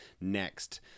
next